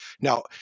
now